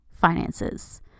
finances